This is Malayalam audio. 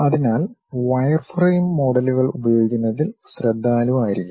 അതിനാൽ വയർഫ്രെയിം മോഡലുകൾ ഉപയോഗിക്കുന്നതിൽ ശ്രദ്ധാലുവായിരിക്കണം